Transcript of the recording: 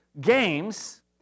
games